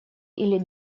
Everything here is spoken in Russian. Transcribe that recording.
или